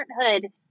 parenthood